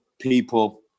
people